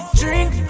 drink